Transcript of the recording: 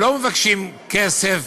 הם לא מבקשים כסף